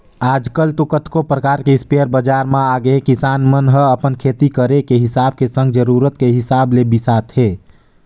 आजकल तो कतको परकार के इस्पेयर बजार म आगेहे किसान मन ह अपन खेती करे के हिसाब के संग जरुरत के हिसाब ले बिसाथे